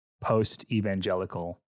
post-evangelical